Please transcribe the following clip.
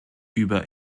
über